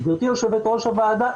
גברתי יושבת ראש הוועדה,